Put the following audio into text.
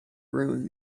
ruin